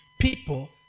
people